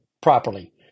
properly